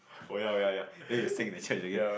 oh ya oh ya ya then you sing the chekc again